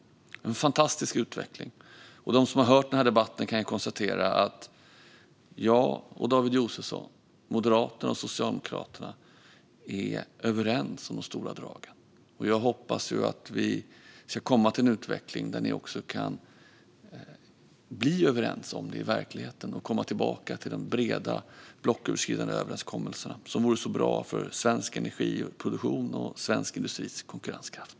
Det är en fantastisk utveckling. De som har hört den här debatten kan konstatera att jag och David Josefsson, Moderaterna och Socialdemokraterna, är överens om de stora dragen. Jag hoppas att vi ska komma till en utveckling där ni också kan bli överens med oss om det i verkligheten och komma tillbaka till de breda, blocköverskridande överenskommelserna som vore så bra för svensk energiproduktion och svensk industris konkurrenskraft.